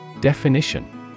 Definition